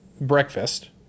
breakfast